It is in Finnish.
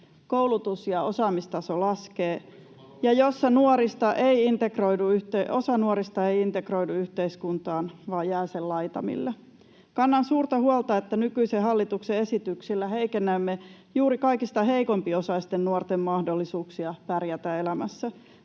koulutus- ja osaamistaso laskee ja jossa osa nuorista ei integroidu yhteiskuntaan vaan jää sen laitamille? Kannan suurta huolta, että nykyisen hallituksen esityksillä heikennämme juuri kaikista heikompiosaisten nuorten mahdollisuuksia pärjätä elämässä.